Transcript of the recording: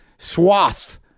swath